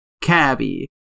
Cabby